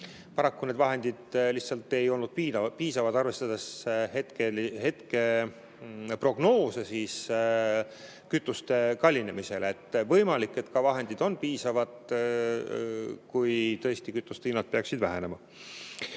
Paraku need vahendid lihtsalt ei olnud piisavad, arvestades praeguseid prognoose kütuste kallinemisega seoses. Võimalik, et ka vahendid on piisavad, kui tõesti kütuste hinnad peaksid vähenema.